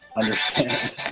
understand